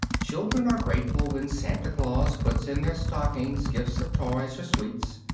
children are grateful when santa claus puts in their stockings gifts of toys or sweets.